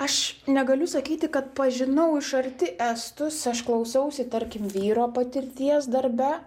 aš negaliu sakyti kad pažinau iš arti estus aš klausausi tarkim vyro patirties darbe